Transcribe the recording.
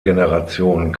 generation